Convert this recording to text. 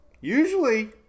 usually